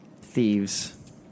thieves